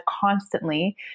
constantly